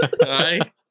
right